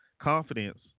Confidence